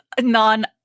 non